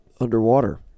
underwater